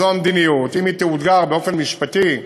זו המדיניות, אם היא תאותגר באופן משפטי,